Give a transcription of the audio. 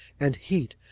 and heat,